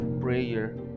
prayer